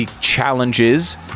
challenges